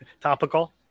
Topical